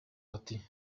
ati